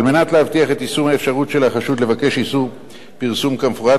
על מנת להבטיח את יישום האפשרות של החשוד לבקש איסור פרסום כמפורט,